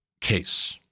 case